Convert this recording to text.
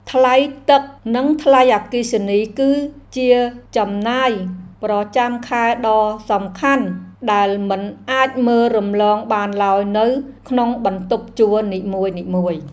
ថ្លៃទឹក និងថ្លៃអគ្គិសនីគឺជាចំណាយប្រចាំខែដ៏សំខាន់ដែលមិនអាចមើលរំលងបានឡើយនៅក្នុងបន្ទប់ជួលនីមួយៗ។